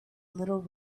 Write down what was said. little